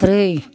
ब्रै